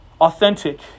authentic